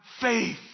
faith